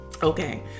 Okay